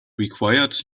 required